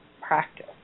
practice